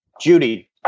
Judy